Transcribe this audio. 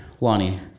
Lonnie